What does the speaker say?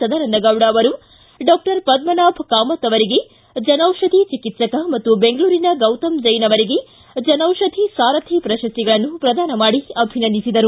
ಸದಾನಂದ ಗೌಡ ಅವರು ಡಾಕ್ಟರ್ ಪದ್ಮನಾಭ್ ಕಾಮತ್ ಅವರಿಗೆ ಜನೌಷಧಿ ಚಿಕಿತ್ಸಿಕ್ ಮತ್ತು ಬೆಂಗಳೂರಿನ ಗೌತಮ್ ಜೈನ್ ಅವರಿಗೆ ಜನೌಷಧಿ ಸಾರಧಿ ಪ್ರಶಸ್ತಿಗಳನ್ನು ಪ್ರದಾನ ಮಾಡಿ ಅಭಿನಂದಿಸಿದರು